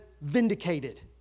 vindicated